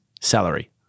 salary